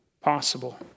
possible